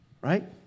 right